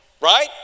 Right